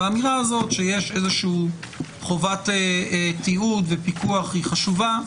והאמירה הזאת שיש איזושהי חובת תיעוד ופיקוח היא חשובה.